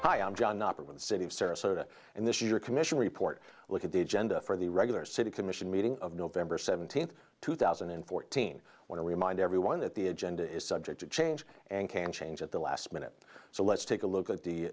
the city of sarasota and this year a commission report look at the agenda for the regular city commission meeting of november seventeenth two thousand and fourteen want to remind everyone that the agenda is subject to change and can change at the last minute so let's take a look at the